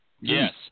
Yes